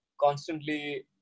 constantly